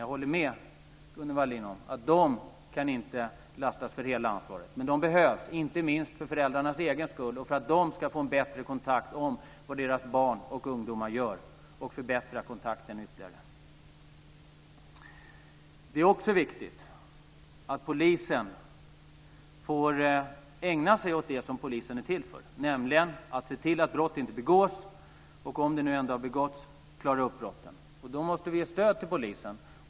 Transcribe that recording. Jag håller med Gunnel Wallin om att de inte kan ta hela ansvaret, men de behövs, inte minst för föräldrarnas egen skull och för att de ska få en bättre insikt i vad deras barn och ungdomar gör så att de kan förbättra kontakten ytterligare. Det är också viktigt att polisen får ägna sig åt det som polisen är till för, nämligen att se till att brott inte begås och, om de nu ändå har begåtts, klara upp brotten. Då måste vi ge stöd till polisen.